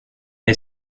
est